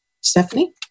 Stephanie